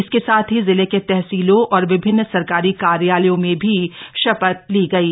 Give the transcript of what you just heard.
इसके साथ ही जिले के तहसीलों और विभिन्न सरकारी कार्यालयों में भी शपथ ली गयी